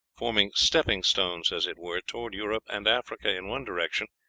forming stepping-stones, as it were, toward europe and africa in one direction,